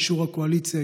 אישור הקואליציה,